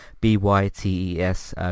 B-Y-T-E-S